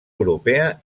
europea